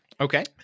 okay